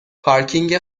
پارکینگ